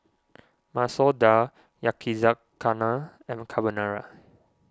Masoor Dal Yakizakana and Carbonara